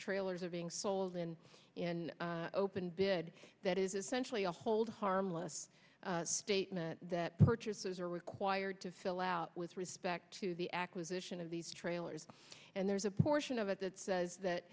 trailers are being sold in an open bid that is essentially a hold harmless statement that purchases are required to fill out with respect to the acquisition of these trailers and there's a portion of it that says that